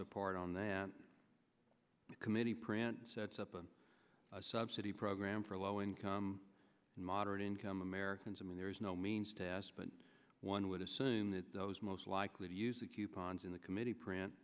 apart on that committee print sets up a subsidy program for low income and moderate income americans and there is no means test but one would assume that those most likely to use the coupons in the committee print